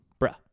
bruh